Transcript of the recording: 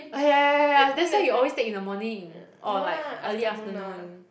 ah yeah yeah yeah yeah yeah that's why you always take in the morning in or like early afternoon